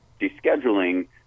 descheduling